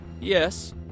Yes